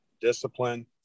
discipline